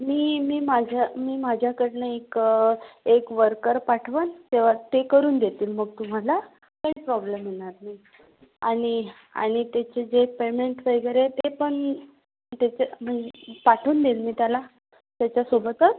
मी मी माझ्या मी माझ्याकडून एक एक वर्कर पाठवीन तेव्हा ते करून देतील मग तुम्हाला काही प्रॉब्लेम येणार नाही आणि आणि त्याचे जे पेमेंट वगैरे आहे ते पण त्याचे म्हन पाठवून देईल मी त्याला त्याच्यासोबतच